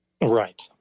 Right